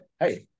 hey